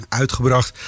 uitgebracht